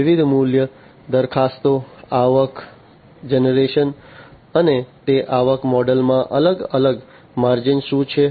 વિવિધ મૂલ્ય દરખાસ્તો આવક જનરેશન અને તે આવક મોડેલમાં અલગ અલગ માર્જિન શું છે